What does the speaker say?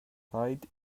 rhaid